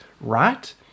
right